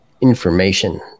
information